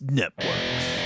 networks